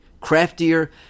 craftier